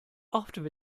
after